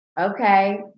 okay